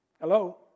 hello